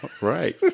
Right